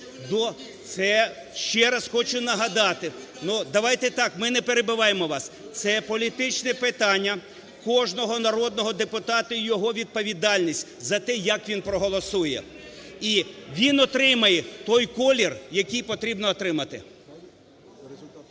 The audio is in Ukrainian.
до… Ще раз хочу нагадати… Давайте так, ми не перебиваємо вас. Це політичне питання кожного народного депутата і його відповідальність за те, як він проголосує. І він отримає той колір, який потрібно отримати.